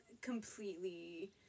completely